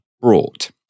brought